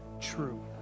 true